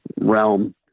realm